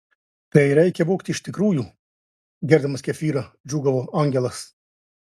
tai reikia vogti iš tikrųjų gerdamas kefyrą džiūgavo angelas